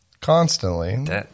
Constantly